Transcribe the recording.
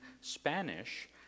Spanish